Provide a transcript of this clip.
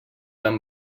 amb